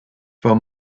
for